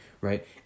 right